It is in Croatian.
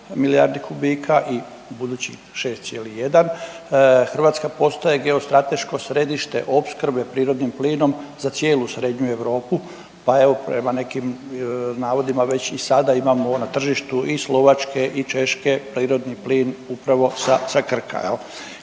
milijardi kubika i budućih 6,1. Hrvatska postaje geostrateško središte opskrbe prirodnim plinom za cijelu Srednju Europu, pa evo prema nekim navodima već i sada imamo na tržištu i Slovačke i Češke prirodni plin upravo sa, sa